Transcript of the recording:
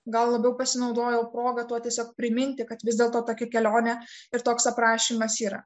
gal labiau pasinaudojau proga tuo tiesiog priminti kad vis dėlto tokia kelionė ir toks aprašymas yra